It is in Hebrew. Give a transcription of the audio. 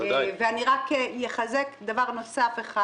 אני אחזק דבר נוסף אחד